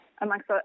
amongst